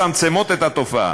מצמצמות את התופעה.